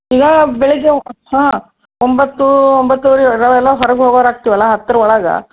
ಈಗ ಬೆಳಿಗ್ಗೆ ಹಾಂ ಒಂಬತ್ತು ಒಂಬತ್ತೂವರೆ ಹೊರಗೆ ಹೋಗೋರಾಗ್ತೀವಲ್ಲ ಹತ್ತರ ಒಳಗೆ